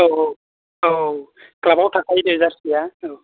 औ औ औ औ क्लाबाव थाखायो दे जारसिया